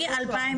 מ-2019,